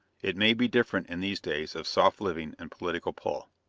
it may be different in these days of soft living and political pull.